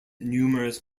numerous